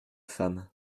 femme